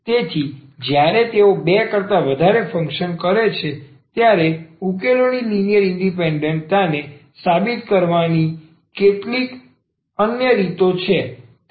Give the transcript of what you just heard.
તેથી જ્યારે તેઓ બે કરતા વધારે ફંક્શન ો કરે છે ત્યારે ઉકેલોની લિનિયર ઇન્ડિપેન્ડન્ટ તાને સાબિત કરવાની કેટલીક અન્ય રીતો છે